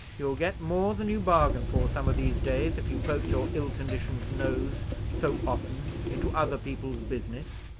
you'll get more than you bargain for, some of these days, if you poke your ill-conditioned nose so often into other people's business.